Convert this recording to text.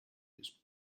its